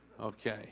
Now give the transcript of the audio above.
Okay